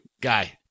guy